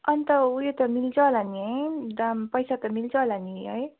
अन्त उयो त मिल्छ होला नि है दाम पैसा त मिल्छ होला नि है